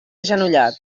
agenollat